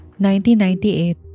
1998